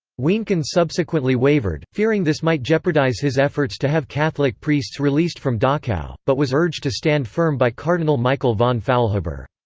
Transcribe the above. wienken subsequently wavered, fearing this might jeopardise his efforts to have catholic priests released from dachau, but was urged to stand firm by cardinal michael von faulhaber.